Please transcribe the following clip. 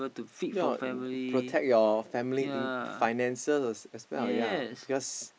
yeah protect your family in~ finances as well ya because